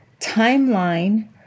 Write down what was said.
timeline